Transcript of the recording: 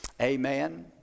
Amen